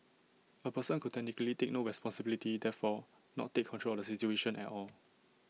A person could technically take no responsibility therefore not take control of A situation at all